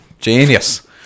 genius